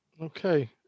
Okay